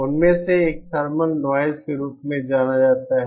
उनमें से एक थर्मल नॉइज़ के रूप में जाना जाता है